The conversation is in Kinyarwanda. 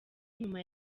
nyuma